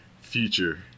future